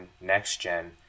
next-gen